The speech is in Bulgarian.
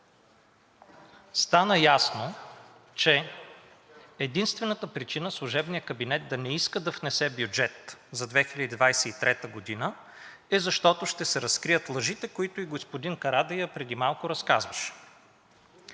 стана ясно, че единствената причина служебният кабинет да не иска да внесе бюджет за 2023 г. е защото ще се разкрият лъжите, които и господин Карадайъ преди малко разказваше.